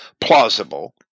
plausible